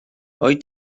wyt